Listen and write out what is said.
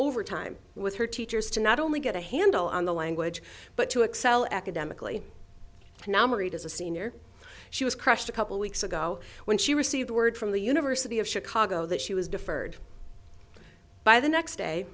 overtime with her teachers to not only get a handle on the language but to excel academically and now married as a senior she was crushed a couple weeks ago when she received word from the university of chicago that she was deferred by the next day